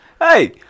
Hey